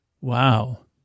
Wow